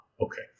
Okay